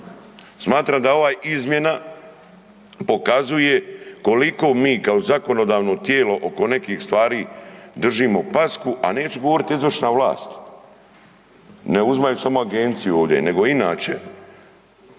Smatram da ova izmjena pokazuje koliko mi kao zakonodavno tijelo oko nekih stvari držimo pasku, a neću govorit izvršna vlast, ne uzimajući samo agenciju ovdje, nego inače